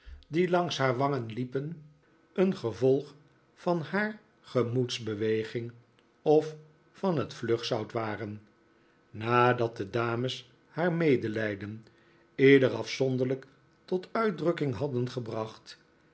die langs haar wangen liepen een gevolg van haar gemoedsbeweging of van het vlugzout waren nadat de dames haar medelijden ieder afzonderlijk tot uitdrukking hadden gebracht